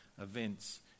events